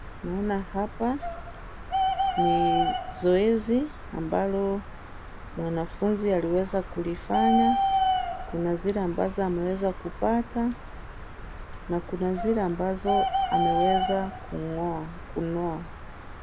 Naona hapa, ni zoezi ambalo mwanafunzi aliweza kulifanya, kuna zile ambazo ameweza kupata, na kuna zile ambazo ameweza kunoa.